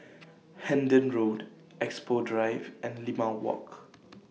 Hendon Road Expo Drive and Limau Walk